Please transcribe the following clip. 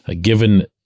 given